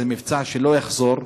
זה מבצע שלא יחזור,